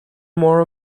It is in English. more